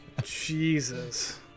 Jesus